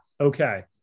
okay